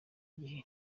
igihe